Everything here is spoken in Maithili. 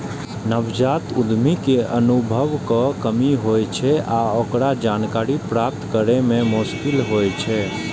नवजात उद्यमी कें अनुभवक कमी होइ छै आ ओकरा जानकारी प्राप्त करै मे मोश्किल होइ छै